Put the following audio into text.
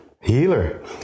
healer